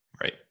Right